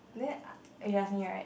then uh you ask me right